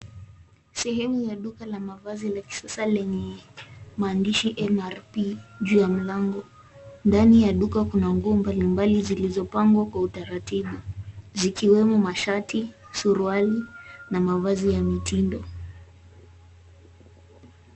Sehemu ya duka la mavasi ya kisasa lenye maandishi MRP juu ya mlango, ndani ya duka kuna nguo mbali mbali zilizopangwa kwa utaratifu zikiwemo mashati suarili na mavasi ya mtindindo.